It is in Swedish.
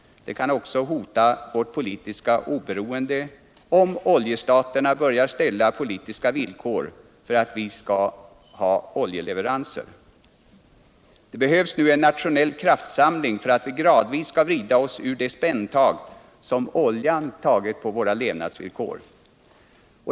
Det kan också hota vårt politiska beroende om oljestaterna börjar ställa politiska villkor för att vi skall få Energiforskning, oljeleveranser. Det behövs nu en nationell kraftsamling för att vi gradvis skall kunna vrida oss ur det spänntag som oljan tagit på våra levnadsvillkor.